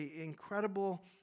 incredible